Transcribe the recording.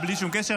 בלי שום קשר,